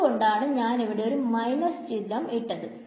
അതുകൊണ്ടാണ് ഞാൻ ഇവിടെ ഒരു മൈനസ് ചിഹ്നം ഇട്ടത്